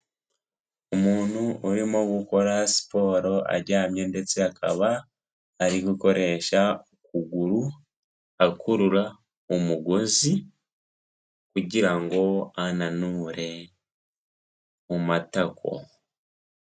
Umuntu urimo gukora siporo aryamye ndetse akaba ari gukoresha ukuguru akurura umugozi kugira ngo ngo ananure mu matako.